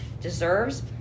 deserves